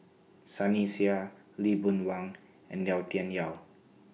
Sunny Sia Lee Boon Wang and Yau Tian Yau